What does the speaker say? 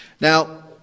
Now